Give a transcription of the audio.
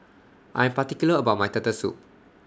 I Am particular about My Turtle Soup